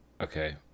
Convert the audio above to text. Okay